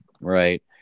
right